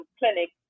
clinic